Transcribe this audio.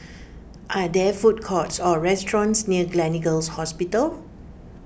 are there food courts or restaurants near Gleneagles Hospital